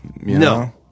No